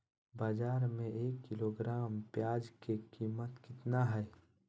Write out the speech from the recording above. बाजार में एक किलोग्राम प्याज के कीमत कितना हाय?